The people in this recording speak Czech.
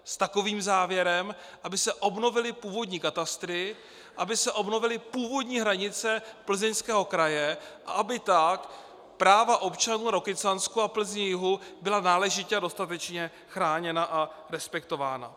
S takovým závěrem, aby se obnovily původní katastry, aby se obnovily původní hranice Plzeňského kraje a aby tak práva občanů Rokycanska a Plzně jihu byla náležitě a dostatečně chráněna a respektována.